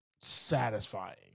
satisfying